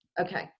Okay